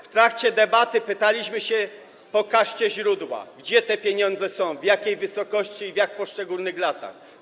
W trakcie debaty pytaliśmy: pokażcie źródła, gdzie te pieniądze są, w jakiej wysokości i jak w poszczególnych latach.